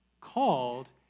called